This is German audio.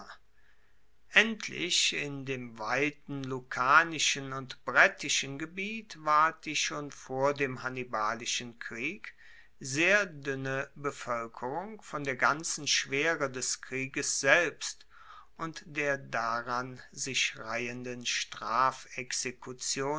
endlich in dem weiten lucanischen und brettischen gebiet ward die schon vor dem hannibalischen krieg sehr duenne bevoelkerung von der ganzen schwere des krieges selbst und der daran sich reihenden